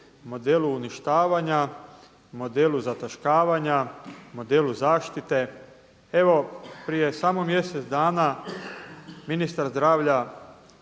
modelu uništavanja, modelu zataškavanja, modelu zaštite. Evo, prije samo mjesec dana ministar zdravlja